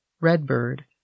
Redbird